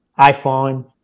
iPhone